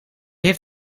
heeft